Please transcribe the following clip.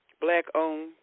black-owned